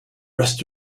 rest